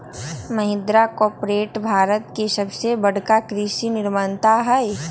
Mahindra corporate Bharat के सबसे बड़का कृषि निर्माता हई